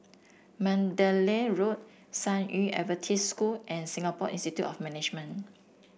Mandalay Road San Yu Adventist School and Singapore Institute of Management